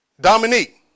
Dominique